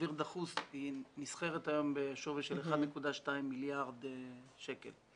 היא נסחרת היום בשווי של 1.2 מיליארד שקלים.